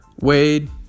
Wade